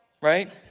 right